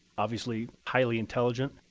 obviously highly intelligent,